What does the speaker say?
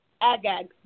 Agag